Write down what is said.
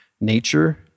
nature